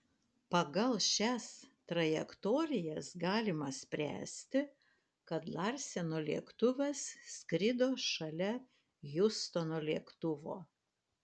pagal šias trajektorijas galima spręsti kad larseno lėktuvas skrido šalia hiustono lėktuvo